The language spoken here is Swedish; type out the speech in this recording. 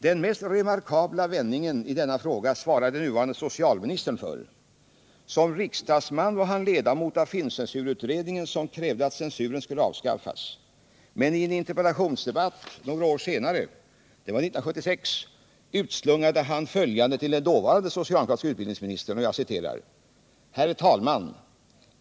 Den mest remarkabla vändningen i denna fråga svarar den nuvarande socialministern för. Som riksdagsman var han ledamot av filmcensurutredningen, som krävde att censuren skulle avskaffas. Men i en interpellationsdebatt några år senare — det var 1976 — utslungade han följande till den dåvarande socialdemokratiske utbildningsministern: ”Herr talman!